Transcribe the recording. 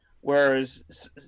whereas